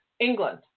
England